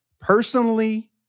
Personally